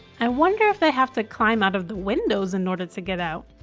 i wonder if they have to climb out of the windows in order to get out.